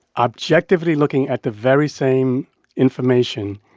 objectively looking at the very same information,